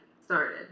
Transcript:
started